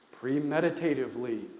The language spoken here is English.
premeditatively